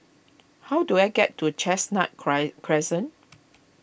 how do I get to Chestnut Cry Crescent